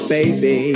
Baby